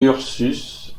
ursus